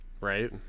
Right